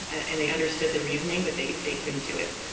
and they understood the reasoning, but they they couldn't do it.